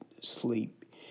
sleep